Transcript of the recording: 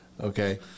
Okay